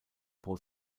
pro